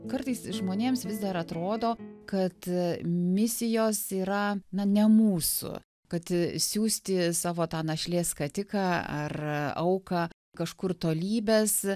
kartais žmonėms vis dar atrodo kad misijos yra ne mūsų kad siųsti savo tą našlės skatiką ar auką kažkur tolybėse